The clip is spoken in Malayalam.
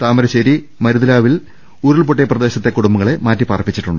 താമരശേരി മരുതിലാവിൽ ഉരുൾപൊട്ടിയ പ്രദേശത്തെ കുടും ബങ്ങളെ മാറ്റിപാർപ്പിച്ചു